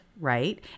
right